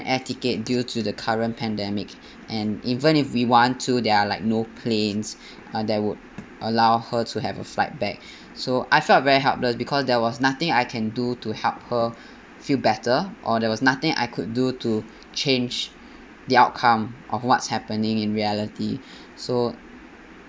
air ticket due to the current pandemic and even if we want to there are like no planes uh that would allow her to have a flight back so I felt very helpless because there was nothing I can do to help her feel better or there was nothing I could do to change the outcome of what's happening in reality so